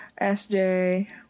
SJ